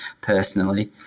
personally